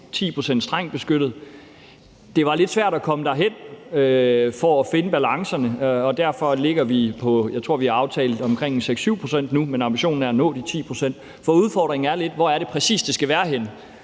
10 pct. strengt beskyttet. Det var lidt svært at komme derhen for at finde balancerne, og derfor ligger vi på, jeg tror, vi har aftalt omkring 6-7 pct. nu, men ambitionen er at nå de 10 pct. For udfordringen er lidt, hvor det præcis er, det skal være henne,